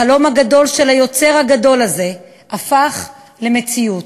החלום הגדול של היוצר הגדול הזה הפך למציאות.